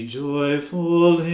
joyful